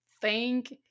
thank